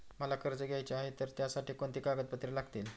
मला कर्ज घ्यायचे आहे तर त्यासाठी कोणती कागदपत्रे लागतील?